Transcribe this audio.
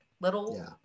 little